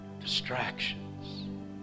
distractions